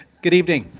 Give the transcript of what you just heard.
good evening.